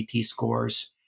scores